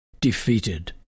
defeated